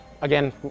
again